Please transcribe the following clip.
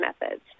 methods